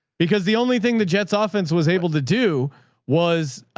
because the only thing that jet's ah offense was able to do was